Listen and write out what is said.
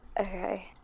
Okay